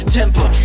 temper